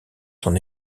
son